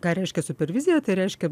ką reiškia supervizija tai reiškia